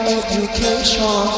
education